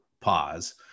pause